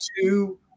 two